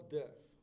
death